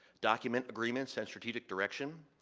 document agreements and strategic direction,